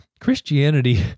Christianity